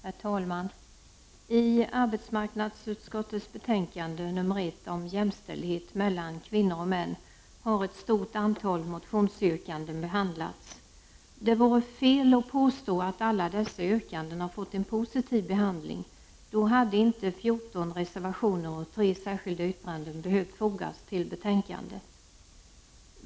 Herr talman! I arbetsmarknadsutskottets betänkande nr 1 om jämställdhet mellan kvinnor och män har ett stort antal motionsyrkanden behandlats. Det vore fel att påstå att alla dessa yrkanden har fått en positiv behandling. Då hade inte 14 reservationer och 3 särskilda yttranden behövt fogas till betänkandet.